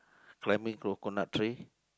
climbing coconut tree